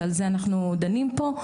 שעל זה אנחנו דנים פה,